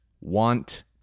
want